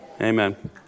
Amen